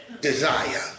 Desire